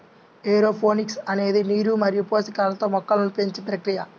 aeroponics అనేది నీరు మరియు పోషకాలతో మొక్కలను పెంచే ప్రక్రియ